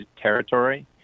territory